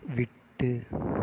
விட்டு